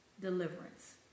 deliverance